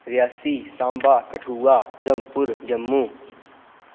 Reasi Samba Kathua Udhampur Jammu